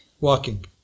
Walking